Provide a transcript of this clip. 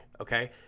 Okay